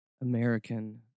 American